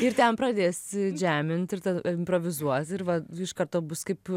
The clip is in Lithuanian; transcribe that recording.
ir ten pradės žemint ir ta improvizuos ir va iš karto bus kaip